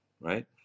right